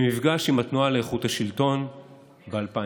במפגש עם התנועה לאיכות השלטון ב-2006.